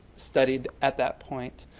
studied at that point.